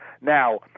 Now